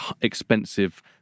expensive